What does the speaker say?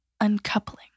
uncoupling